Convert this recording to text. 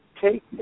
take